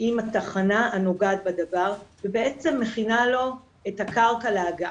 עם התחנה הנוגעת בדבר ובעצם מכינה לו את הקרקע להגעה.